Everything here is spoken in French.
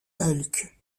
hulk